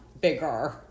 bigger